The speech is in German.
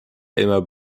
elmar